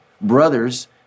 brothers